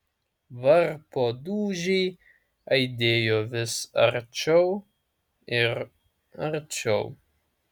varpo dūžiai aidėjo vis arčiau ir arčiau